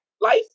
life